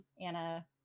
anna